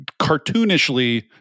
cartoonishly